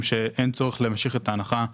שאין צורך להמשיך את ההנחה הקודמת.